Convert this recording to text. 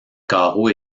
carreau